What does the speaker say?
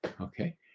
Okay